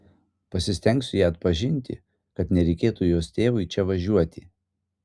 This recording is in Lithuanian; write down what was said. pasistengsiu ją atpažinti kad nereikėtų jos tėvui čia važiuoti